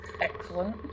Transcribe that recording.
Excellent